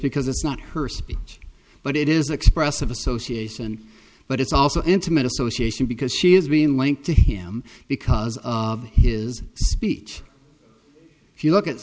because it's not her speech but it is expressive association but it's also intimate association because she is being linked to him because of his speech if you look at